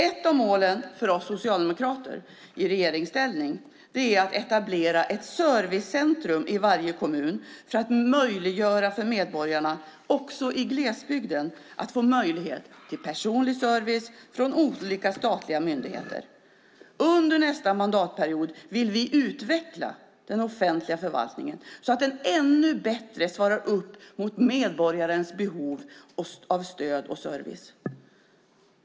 Ett av målen för oss socialdemokrater i regeringsställning är att etablera ett servicecentrum i varje kommun för att möjliggöra för medborgarna också i glesbygden att få möjlighet till personlig service från olika statliga myndigheter. Under nästa mandatperiod vill vi utveckla den offentliga förvaltningen så att den ännu bättre svarar upp mot medborgarnas behov av stöd och service.